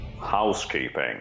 Housekeeping